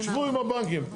שבו עם הבנקים.